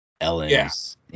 Ellen's